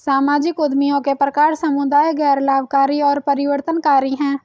सामाजिक उद्यमियों के प्रकार समुदाय, गैर लाभकारी और परिवर्तनकारी हैं